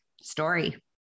story